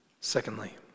Secondly